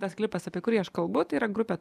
tas klipas apie kurį aš kalbu tai yra grupė